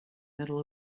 middle